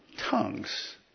tongues